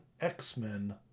X-Men